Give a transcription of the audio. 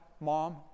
mom